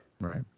Right